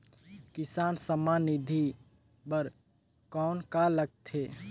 किसान सम्मान निधि बर कौन का लगथे?